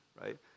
right